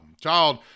child